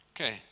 Okay